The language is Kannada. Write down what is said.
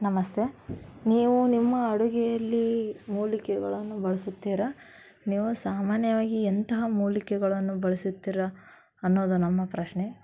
ನಮಸ್ತೆ ನೀವು ನಿಮ್ಮ ಅಡುಗೆಯಲ್ಲಿ ಮೂಲಿಕೆಗಳನ್ನು ಬಳಸುತ್ತೀರಾ ನೀವು ಸಾಮಾನ್ಯವಾಗಿ ಎಂತಹ ಮೂಲಿಕೆಗಳನ್ನು ಬಳಸುತ್ತೀರಾ ಅನ್ನೋದು ನಮ್ಮ ಪ್ರಶ್ನೆ